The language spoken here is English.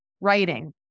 Writing